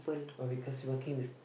oh because you working with